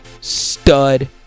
stud